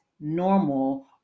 normal